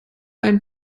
ein